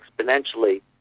exponentially